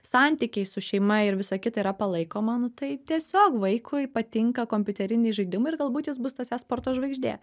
santykiai su šeima ir visa kita yra palaikoma nu tai tiesiog vaikui patinka kompiuteriniai žaidimai ir galbūt jis bus tas e sporto žvaigždė